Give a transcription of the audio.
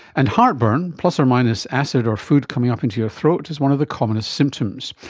and heartburn, plus or minus acid or food coming up into your throat is one of the commonest symptoms.